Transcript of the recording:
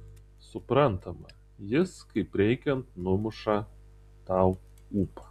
suprantama jis kaip reikiant numuša tau ūpą